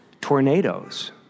tornadoes